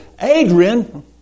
Adrian